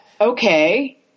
okay